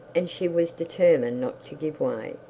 and she was determined not to give way.